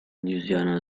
louisiana